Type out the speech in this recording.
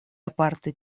aparte